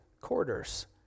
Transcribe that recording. quarters